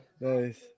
Nice